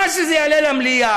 עד שזה יעלה למליאה,